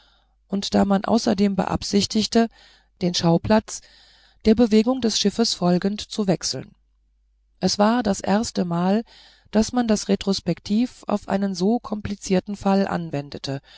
und da man außerdem beabsichtigte den schauplatz der bewegung des schiffes folgend zu wechseln es war das erste mal daß man das retrospektiv auf einen so komplizierten fall anwendete